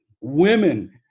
Women